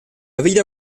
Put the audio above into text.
villa